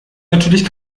natürlich